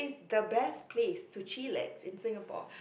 the best place to chillax in Singapore